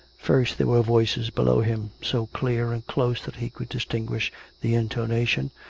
first, there were voices below him, so clear and close that he could distinguish the intonation,